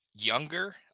younger